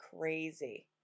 crazy